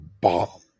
bomb